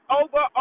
over